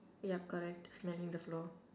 yup correct smelling the floor